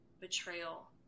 betrayal